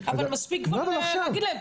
אבל מספיק כבר להגיד להם,